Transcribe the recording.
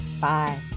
Bye